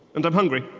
and i'm hungry.